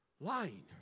Lying